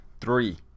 Three